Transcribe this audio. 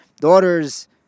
daughter's